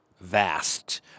vast